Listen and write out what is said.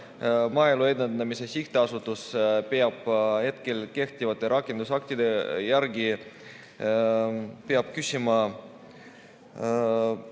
Maaelu Edendamise Sihtasutus peab hetkel kehtivate rakendusaktide järgi küsima